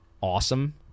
awesome